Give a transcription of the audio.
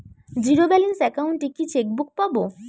Zero balance account এ কি chequebook পাব?